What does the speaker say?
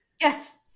Yes